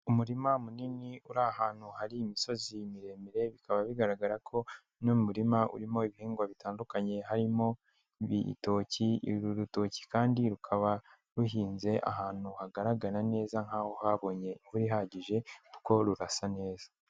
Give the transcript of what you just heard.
Umurima munini uri ahantu hari imisozi miremire, bikaba bigaragara ko uno murima urimo ibihingwa bitandukanye harimo ibitoki, uru rutoki kandi rukaba ruhinze ahantu hagaragara neza nk'aho habonye imvura ihagije kuko rurasa neza.